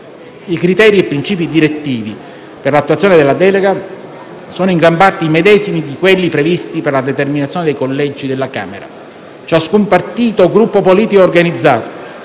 I criteri e principi direttivi per l'attuazione della delega sono in gran parte i medesimi di quelli previsti per la determinazione dei collegi della Camera. Ciascun partito o gruppo politico organizzato